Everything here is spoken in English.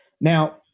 Now